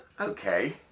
Okay